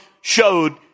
showed